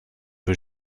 que